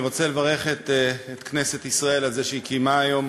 אני רוצה לברך את כנסת ישראל על שקיימה היום